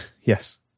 Yes